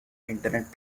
internet